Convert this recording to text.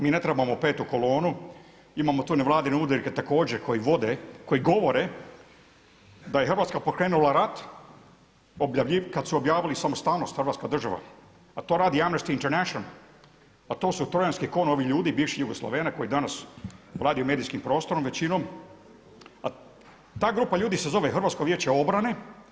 Mi ne trebamo petu kolonu, imamo tu nevladine udruge također koji vode, koji govore da je Hrvatska pokrenula rat kad su objavili samostalnost Hrvatska država, a to radi Amnesty International a to su trojanski konj, ovi ljudi, bivši Jugoslaveni koji danas vladaju medijskim prostorom većinom, a ta grupa ljudi se zove Hrvatsko vijeće obrane.